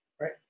Right